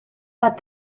but